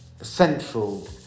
central